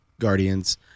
Guardians